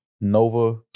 Nova